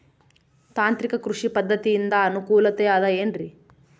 ತಾಂತ್ರಿಕ ಕೃಷಿ ಪದ್ಧತಿಯಿಂದ ಅನುಕೂಲತೆ ಅದ ಏನ್ರಿ?